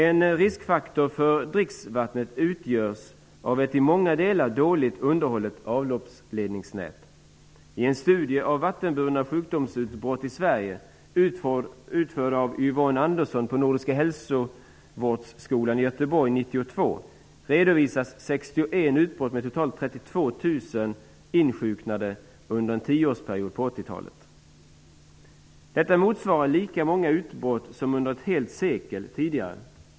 En riskfaktor för dricksvattnet utgörs av ett i många delar dåligt underhållet avloppsledningsnät. I en studie av vattenburna sjukdomsutbrott i Sverige, utförd av Yvonne 32 000 insjuknade under 1980-talet. Detta motsvarar lika många utbrott som under ett helt sekel tidigare.